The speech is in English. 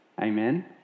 Amen